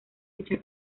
dicha